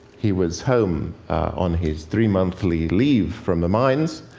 he was home on his three-month leave leave from the mines.